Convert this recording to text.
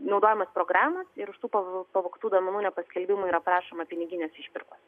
naudojamos programos ir už tų pavogtų duomenų nepaskelbimą yra prašoma piniginės išpirkos